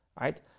right